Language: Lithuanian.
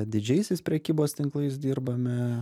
didžiaisiais prekybos tinklais dirbame